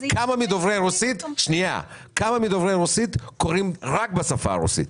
כמה מדוברי רוסית קוראים רק בשפה הרוסית?